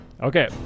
okay